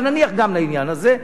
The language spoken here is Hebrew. אבל נניח גם לעניין הזה.